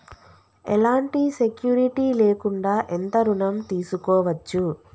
ఎలాంటి సెక్యూరిటీ లేకుండా ఎంత ఋణం తీసుకోవచ్చు?